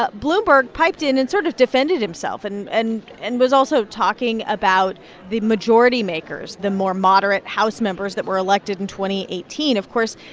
but bloomberg piped in and sort of defended himself and and and was also talking about the majority makers, the more moderate house members that were elected and in eighteen. of course,